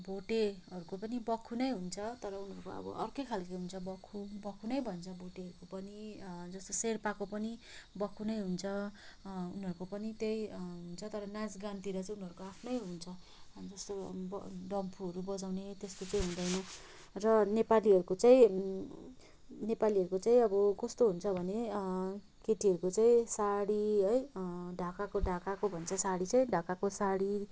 भोटेहरूको पनि बक्खु नै हुन्छ तर उनीहरूको अब अर्कै खालको हुन्छ बक्खु बक्खु नै भन्छ भोटेहरूको पनि जस्तो शेर्पाको पनि बक्खु नै हुन्छ उनीहरूको पनि त्यही हुन्छ तर नाच गानतिर चाहिँ उनीहरूको आफ्नै हुन्छ जस्तो अब डम्फुहरू बजाउने त्यस्तो चाहिँ हुँदैन र नेपालीहरूको चाहिँ नेपालीहरूको चाहिँ अब कस्तो हुन्छ भने केटीहरको चाहिँ सारी है ढाकाको ढाकाको भन्छ सारी चाहिँ ढाकाको सारी